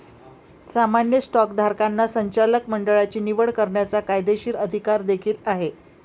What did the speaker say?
सामान्य स्टॉकधारकांना संचालक मंडळाची निवड करण्याचा कायदेशीर अधिकार देखील आहे